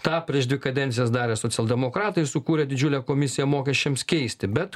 tą prieš dvi kadencijas darė socialdemokratai sukūrę didžiulę komisiją mokesčiams keisti bet